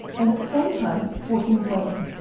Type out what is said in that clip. and at the same time forcing his way in,